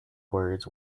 words